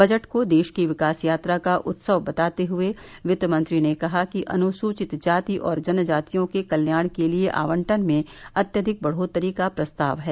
budget को देश की विकास यात्रा का उत्सव बताते हुए वित्तमंत्री ने कहा कि अनुसूचित जाति और जनजातियों के कल्याण के लिए आवंटन में अत्यधिक बढ़ोतरी का प्रस्ताव है